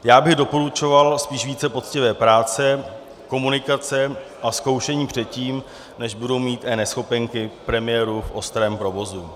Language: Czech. Já bych doporučoval spíš více poctivé práce, komunikace a zkoušení předtím, než budou mít eNeschopenky premiéru v ostrém provozu.